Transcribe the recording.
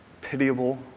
pitiable